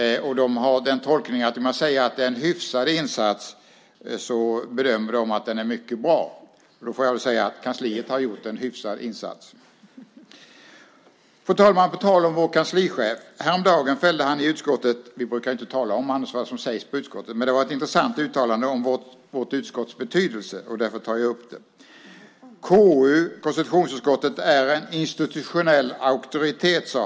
De har den tolkningen att när jag säger att de har gjort en hyfsad insats så handlar det om att den är mycket bra. Jag får väl då säga att kansliet har gjort en hyfsad insats. Fru talman! På tal om vår kanslichef fällde han häromdagen några ord i utskottet. Vi brukar annars inte tala om vad som sägs på utskottets sammanträden. Det var ett intressant uttalande om vårt utskotts betydelse, och det är därför som jag tar upp det. Han sade: Konstitutionsutskottet är en institutionell auktoritet.